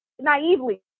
naively